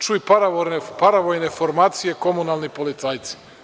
Čuj paravojne formacije, komunalni policajci.